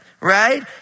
Right